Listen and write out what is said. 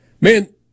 Man